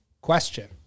question